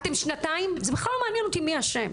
זה בכלל לא מעניין אותי מי אשם.